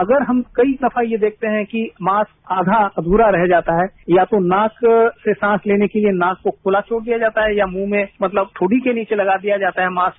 अगर हम कई दफा ये देखते है कि मास्क आधा अधूरा रह जाता है या तो मास्क से सांस लेने के लिए नाक को खुला छोड़ दिया जाता है या मुंह में मतलब ठोडी के नीचे लगा दिया जाता है मास्क